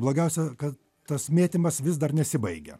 blogiausia kad tas mėtymas vis dar nesibaigia